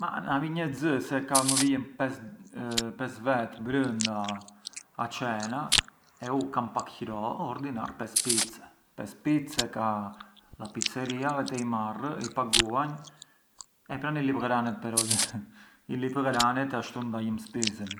Ma na vinj e xë se ka më vijën pes… pesë vet brënda a cena e u kam pak qëro, u ordinar pesë pizze, pesë pizze ka la pizzeria vete i marr, i paguanj e pran i lip ghranet… i lip ghranet ashtu ndajëm spizën.